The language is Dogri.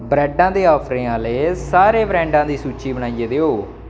ब्रैड्डां दे आफरें आह्ले सारे ब्रैडें दी सूची बनाइयै देओ